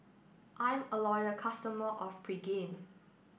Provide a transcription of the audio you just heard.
I'm a loyal customer of Pregain